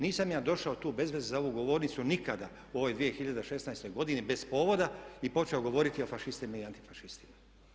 Nisam ja došao tu bezveze za ovu govornicu nikada u ovoj 2016. godini bez povoda i počeo govoriti o fašistima i antifašistima.